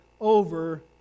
over